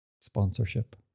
sponsorship